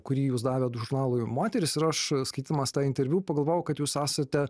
kurį jūs davėt žurnalui moteris ir aš skaitymas tą interviu pagalvojau kad jūs esate